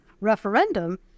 Referendum